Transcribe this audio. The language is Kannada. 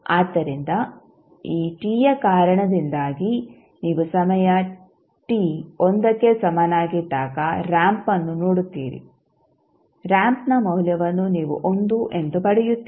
ಆದ್ದರಿಂದ ಈ t ಯ ಕಾರಣದಿಂದಾಗಿ ನೀವು ಸಮಯ t 1ಕ್ಕೆ ಸಮನಾಗಿದ್ದಾಗ ರಾಂಪ್ಅನ್ನು ನೋಡುತ್ತೀರಿ ರಾಂಪ್ನ ಮೌಲ್ಯವನ್ನು ನೀವು 1 ಎಂದು ಪಡೆಯುತ್ತೀರಿ